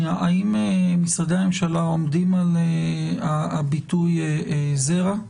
האם משרדי הממשלה עומדים על הביטוי זרע?